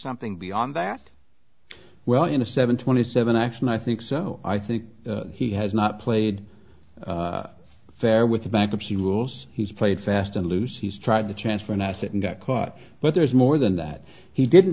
something beyond that well you know seven twenty seven actually i think so i think he has not played fair with the bankruptcy rules he's played fast and loose he's tried to transfer an asset and got caught but there's more than that he didn't